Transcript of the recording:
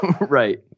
right